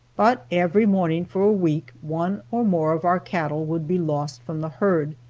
but every morning for a week, one or more of our cattle would be lost from the herd.